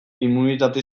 immunitate